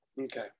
Okay